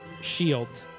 Shield